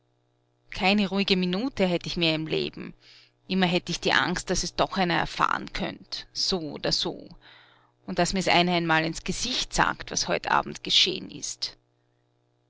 keine ruhige minute hätt ich mehr im leben immer hätt ich die angst daß es doch einer erfahren könnt so oder so und daß mir's einer einmal ins gesicht sagt was heut abend gescheh'n ist